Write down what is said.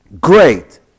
great